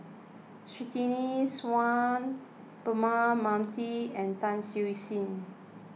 Surtini Sarwan Braema Mathi and Tan Siew Sin